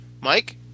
Mike